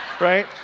right